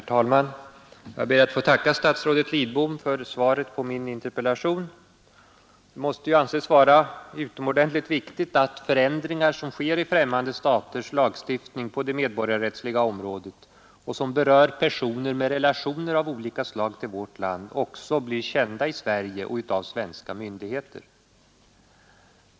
Herr talman! Jag ber att få tacka statsrådet Lidbom för svaret på min interpellation. Det måste ju anses vara utomordentligt viktigt att förändringar, som sker i främmande staters lagstiftning på medborgarrättsliga områden och som berör personer med relationer av olika slag till vårt land, också blir kända i Sverige och av svenska myndigheter.